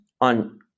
on